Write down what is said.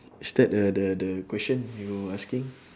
is that the the the question you asking